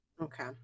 Okay